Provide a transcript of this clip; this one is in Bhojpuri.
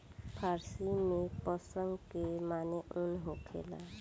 फ़ारसी में पश्म के माने ऊन होखेला